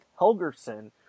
Helgerson